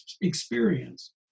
experience